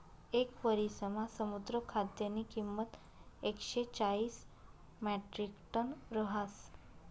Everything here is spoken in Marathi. येक वरिसमा समुद्र खाद्यनी किंमत एकशे चाईस म्याट्रिकटन रहास